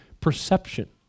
perception